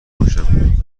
باشم